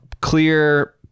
clear